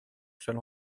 seul